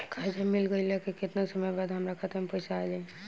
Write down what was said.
कर्जा मिल गईला के केतना समय बाद हमरा खाता मे पैसा आ जायी?